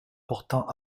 portant